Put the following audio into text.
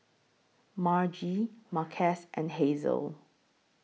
Margie Marques and Hazelle